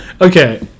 Okay